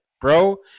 bro